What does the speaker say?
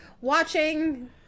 watching